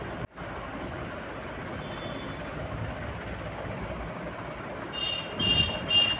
फसल म कीट प्रबंधन ट्रेप से केना करबै?